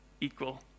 equal